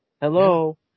Hello